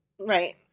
Right